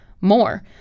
more